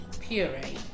puree